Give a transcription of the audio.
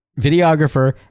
videographer